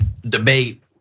debate